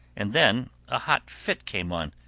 and then a hot fit came on,